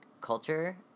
culture